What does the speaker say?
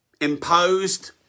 imposed